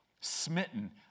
smitten